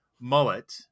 mullet